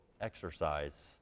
exercise